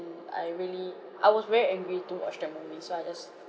I really I was very angry to watch that movie so I just